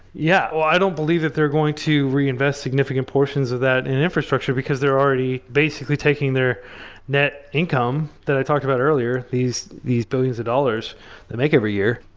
yeah. i don't believe that they're going to reinvest significant portions of that in an infrastructure, because they're already basically taking their net income that i talked about earlier, these these billions of dollars they make every year,